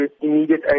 immediate